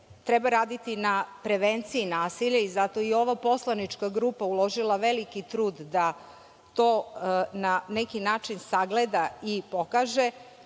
treba raditi na prevenciji nasilja i zato je ova poslanička grupa uložila veliki trud da to na neki način sagleda i pokaže